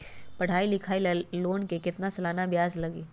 पढाई लिखाई ला लोन के कितना सालाना ब्याज लगी?